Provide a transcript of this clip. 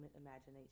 imagination